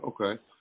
okay